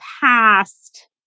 past